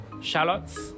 shallots